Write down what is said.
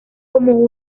como